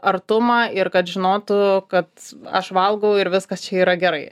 artumą ir kad žinotų kad aš valgau ir viskas čia yra gerai